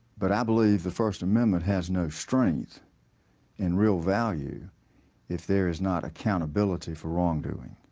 but i believe the first amendment has no strength in real value if there is not accountability for wrongdoing.